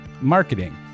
marketing